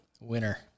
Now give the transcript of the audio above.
Winner